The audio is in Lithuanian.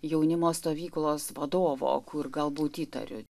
jaunimo stovyklos vadovo kur galbūt įtariu